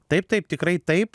taip taip tikrai taip